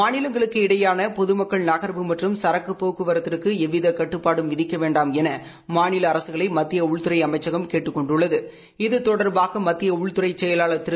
மாநிலங்களுக்கு இடையேயான பொதமக்கள் நகர்வு மற்றும் ஏக்குப் போக்குவரத்திற்கு எவ்வித உட்டுப்பாடும் விதிக்க வேண்டாம் என மாநில அரசுகளை மத்திய உள்துறை அமைச்சகம் கேட்டுக் கொண்டுள்ளது இது தொடர்பாக மத்திய உள்துறை செயலாளர் திரு